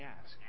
ask